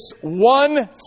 one